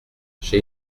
j’ai